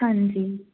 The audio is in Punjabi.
ਹਾਂਜੀ